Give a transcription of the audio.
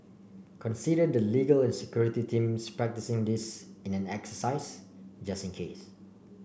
consider the legal and security teams practising this in an exercise just in case